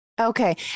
okay